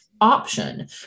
Option